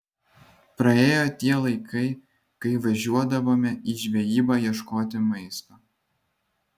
praėjo tie laikai kai važiuodavome į žvejybą ieškoti maisto